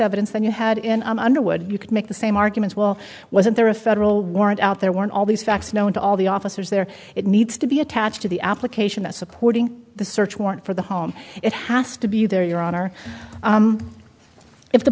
evidence than you had in underwood you could make the same arguments well wasn't there a federal warrant out there weren't all these facts known to all the officers there it needs to be attached to the application that supporting the search warrant for the home it has to be there your honor if the